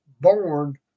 born